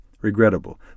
regrettable